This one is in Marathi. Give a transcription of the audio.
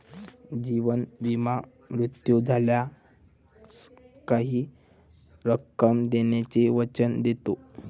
जीवन विमा मृत्यू झाल्यास काही रक्कम देण्याचे वचन देतो